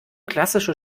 klassische